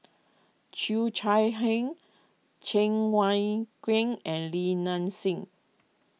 Cheo Chai Hiang Cheng Wai Keung and Li Nanxing